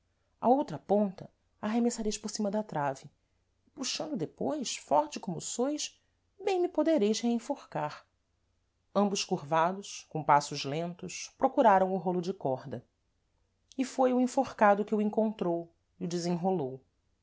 a outra ponta a arremessareis por cima da trave e puxando depois forte como sois bem me podereis reenforcar ambos curvados com passos lentos procuraram o rôlo de corda e foi o enforcado que o encontrou o desenrolou